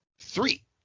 Three